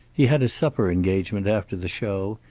he had a supper engagement after the show,